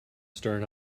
stern